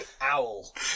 owl